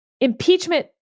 impeachment